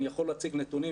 אני יכול להציג נתונים,